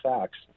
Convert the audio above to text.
facts